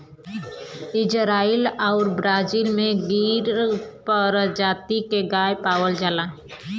Israel आउर Brazil में गिर परजाती के गाय पावल जाला